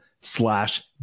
slash